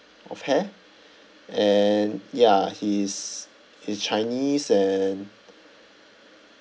of hair and ya he's he's chinese and